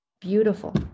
Beautiful